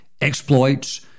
exploits